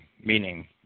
meaning